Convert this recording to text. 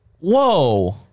Whoa